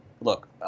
Look